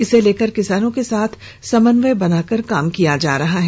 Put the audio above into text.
इसे लेकर किसानों के साथ समन्वय बनाकर काम किया जा रहा है